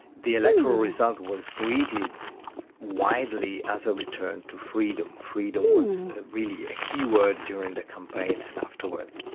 the electoral result was greeted widely as a return to freedom. freedom was really a key word during the campaign and afterwards.